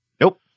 Nope